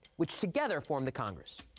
which together, form the congress.